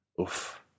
oof